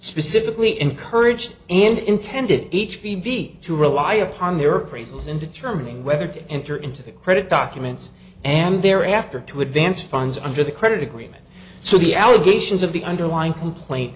specifically encouraged and intended each b b to rely upon their appraisals in determining whether to enter into the credit documents and their after to advance funds under the credit agreement so the allegations of the underlying complaint